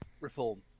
reform